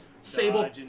Sable